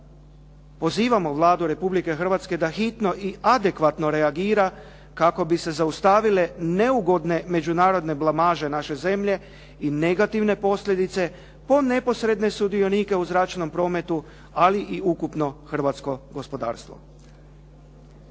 Pozivamo Vlade Republike Hrvatske da hitno i adekvatno reagira kako bi se zaustavile neugodne međunarodne blamaže naše zemlje i negativne posljedice po neposredne sudionike u zračnom prometu, ali i ukupno hrvatsko gospodarstvo.